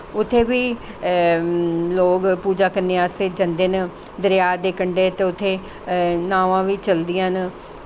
उत्थें बी लोक पूज़ा करने आस्तै जंदे न दरिया दे कंढे ते उत्थें नावां बी चलदियां न